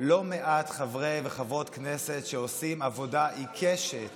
לא מעט חברי וחברות כנסת שעושים עבודה עיקשת